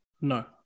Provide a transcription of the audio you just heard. No